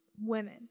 Women